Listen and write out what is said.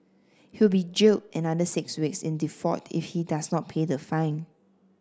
he will be jailed another six weeks in default if he does not pay the fine